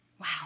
Wow